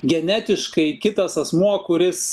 genetiškai kitas asmuo kuris